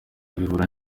bihura